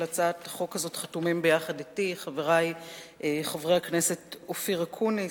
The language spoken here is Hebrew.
על הצעת החוק הזאת חתומים ביחד אתי חברי הכנסת אופיר אקוניס,